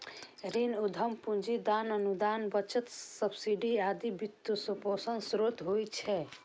ऋण, उद्यम पूंजी, दान, अनुदान, बचत, सब्सिडी आदि वित्तपोषणक स्रोत होइ छै